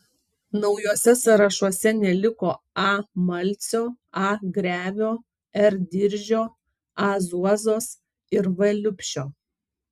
naujuose sąrašuose neliko a malcio a grevio r diržio a zuozos ir v liubšio